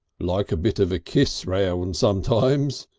like a bit of a kiss round sometimes,